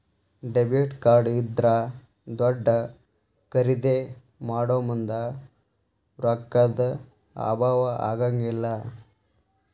debit card ಇದ್ರಾ ದೊಡ್ದ ಖರಿದೇ ಮಾಡೊಮುಂದ್ ರೊಕ್ಕಾ ದ್ ಅಭಾವಾ ಆಗಂಗಿಲ್ಲ್